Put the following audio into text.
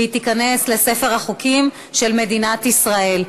והיא תיכנס לספר החוקים של מדינת ישראל.